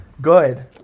Good